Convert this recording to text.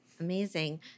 Amazing